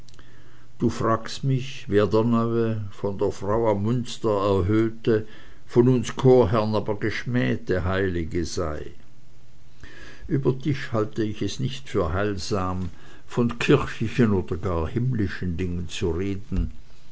du fragtest mich wer der neue von der frau am münster erhöhte von uns chorherren aber geschmähte heilige sei über tisch halte ich es nicht für heilsam von kirchlichen oder gar himmlischen dingen zu reden